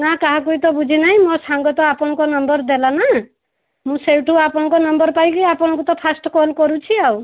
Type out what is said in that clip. ନା କାହା ସହିତ ବୁଝିନାହିଁ ମୋ ସାଙ୍ଗ ତ ଆପଣଙ୍କ ନମ୍ବର ଦେଲା ନା ମୁଁ ସେଇଠୁ ଆପଣଙ୍କ ନମ୍ବର ପାଇକି ଆପଣଙ୍କୁ ତ ଫାର୍ଷ୍ଟ କଲ୍ କରୁଛି ଆଉ